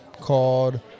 called